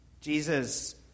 Jesus